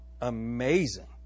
Amazing